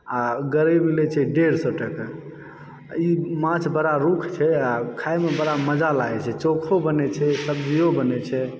आ गरइ मिलैत छै डेढ़ सए टका ई माछ बड़ा रुख छै आ खाइमे बड़ा मजा लागैत छै चोखो बनैत छै सब्जियो बनैत छै